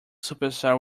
superstars